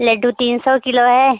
लड्डू तीन सौ किलो है